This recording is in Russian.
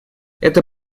это